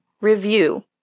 Review